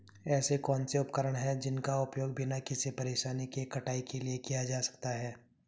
ऐसे कौनसे उपकरण हैं जिनका उपयोग बिना किसी परेशानी के कटाई के लिए किया जा सकता है?